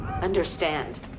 understand